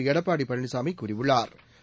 எடப்பாடி பழனிசாமி கூறியுள்ளாா்